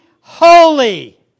holy